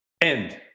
End